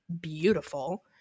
beautiful